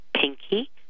pinky